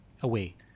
away